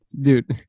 dude